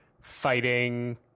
Fighting